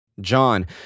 John